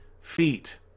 feet